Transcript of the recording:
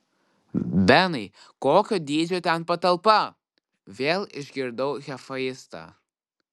benai kokio dydžio ten patalpa vėl išgirdau hefaistą